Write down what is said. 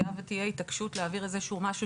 היה ותהיה התעקשות להעביר איזה שהוא משהו